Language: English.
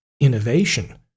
innovation